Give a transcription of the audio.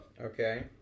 okay